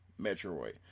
Metroid